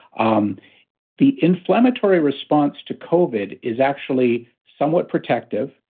um the inflammatory response to covid is actually somewhat protective.